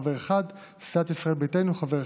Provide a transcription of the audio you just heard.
חבר אחד,